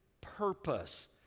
purpose